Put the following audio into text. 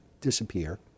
disappear